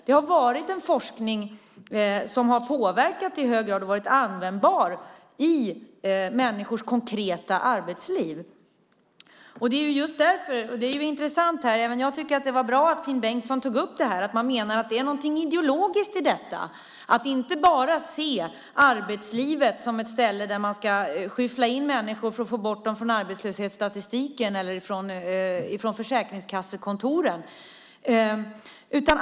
Det har varit en forskning som har påverkat i hög grad och varit användbar i människors konkreta arbetsliv. Jag tycker att det var bra att Finn Bengtsson tog upp att det är något ideologiskt i det här. Det handlar om att inte bara se arbetslivet som ett ställe där man ska skyffla in människor för att få bort dem från arbetslöshetsstatistiken eller från försäkringskassekontoren.